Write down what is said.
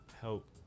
help